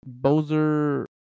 Bozer